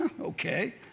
okay